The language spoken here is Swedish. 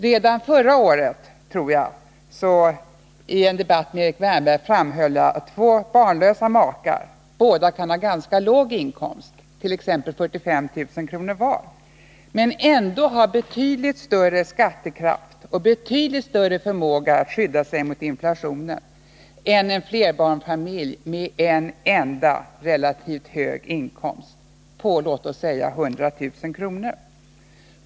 Redan i våras framhöll jag i en debatt med Erik Wärnberg att två barnlösa makar båda kan ha låg inkomst, t.ex. 45 000 kr. var, men ändå ha betydligt större skattekraft och betydligt större förmåga att skydda sig mot inflationen än en flerbarnsfamilj med en enda, relativt hög inkomst på låt oss säga 100 000 kr.